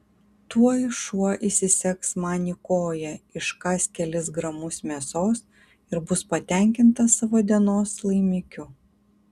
tuoj šuo įsisegs man į koją iškąs kelis gramus mėsos ir bus patenkintas savo dienos laimikiu